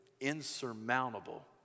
insurmountable